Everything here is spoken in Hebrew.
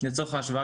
לצורך ההשוואה,